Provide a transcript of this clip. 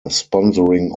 sponsoring